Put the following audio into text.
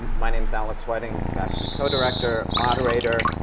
my name is alex whiting, faculty co-director, moderator.